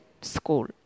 school